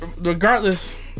Regardless